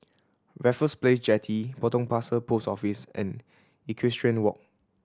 Raffles Place Jetty Potong Pasir Post Office and Equestrian Walk